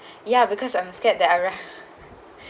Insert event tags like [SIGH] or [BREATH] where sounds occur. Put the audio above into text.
[BREATH] ya because I'm scared that I'll [BREATH]